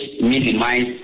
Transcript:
minimize